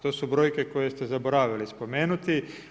To su brojke koje ste zaboravili spomenuti.